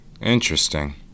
Interesting